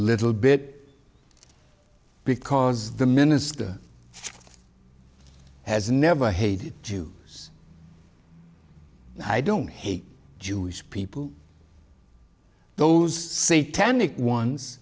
a little bit because the minister has never hated jews and i don't hate jewish people those say ten nic ones